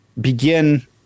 begin